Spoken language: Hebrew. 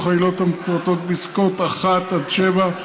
העילות המפורטות בפסקאות (1) עד (7)